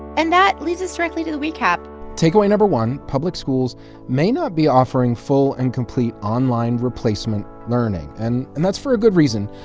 and that leads us directly to the recap takeaway number one, public schools may not be offering full and complete online replacement learning. and and that's for a good reason.